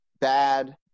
bad